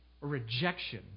rejection